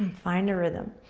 find a rhythm.